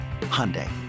hyundai